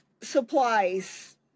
supplies